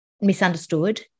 misunderstood